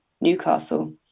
Newcastle